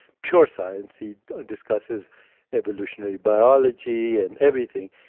pure science. he discusses evolutionary biology and everything.